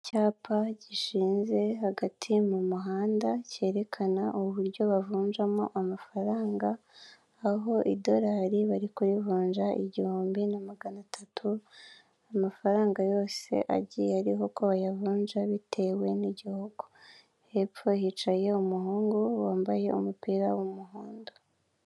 Icyapa gishinze hagati mu muhanda kerekana uburyo bavunjamo amafaranga aho idorari bari kurivunja igihumbi na magana atatu amafarnga yose agiye ariho uko bayavunja bitewe n'igihugu, hepfo umuhungu wambaye umupira w'umuhondo.